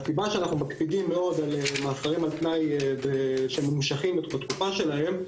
הסיבה שאנחנו מקפידים מאוד על מאסרים על תנאי שממושכים לתקופה שלהם,